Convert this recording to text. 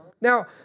Now